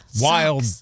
wild